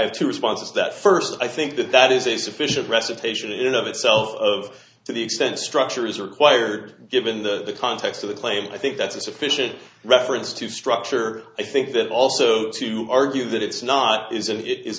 have two responses that first i think that that is a sufficient recitation in of itself of to the extent structure is required given the context of the claim i think that's a sufficient reference to structure i think that also to argue that it's not is and it is